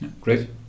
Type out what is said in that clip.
Great